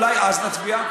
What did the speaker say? אולי אז נצביע.